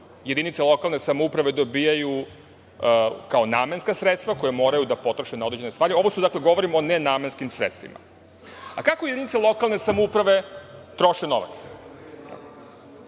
jedinice lokalne samouprave dobijaju kao namenska sredstva koja moraju da potroše na određene stvari. Govorim o nenamenskim sredstvima. Kako jedinice lokalne samouprave troše novac?